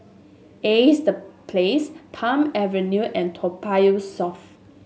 Ace The Place Palm Avenue and Toa Payoh South